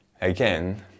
again